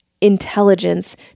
intelligence